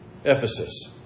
Ephesus